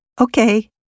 Okay